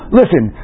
listen